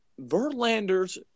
Verlander's